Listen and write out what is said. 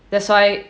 that's why